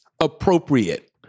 appropriate